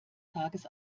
tages